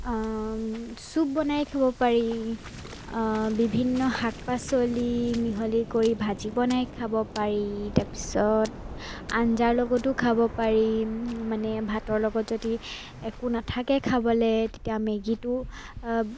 soup বনাই খাব পাৰি বিভিন্ন শাক পাচলি মিহলি কৰি ভাজি বনাই খাব পাৰি তাৰপিছত আঞ্জাৰ লগতো খাব পাৰি মানে ভাতৰ লগত যদি একো নেথাকে খাবলৈ তেতিয়া মেগিটো